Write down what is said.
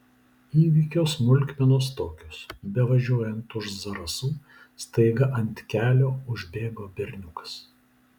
įvykio smulkmenos tokios bevažiuojant už zarasų staiga ant kelio užbėgo berniukas